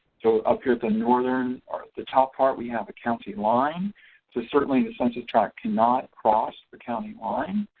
so up here the northern or the top part we have a county line so certainly the census tract cannot cross the county line.